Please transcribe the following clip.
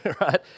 right